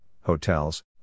hotels